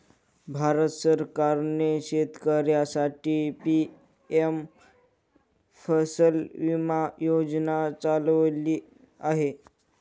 भारत सरकारने शेतकऱ्यांसाठी पी.एम फसल विमा योजना चालवली आहे